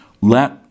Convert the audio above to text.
let